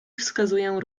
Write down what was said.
wskazuję